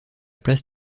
place